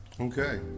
Okay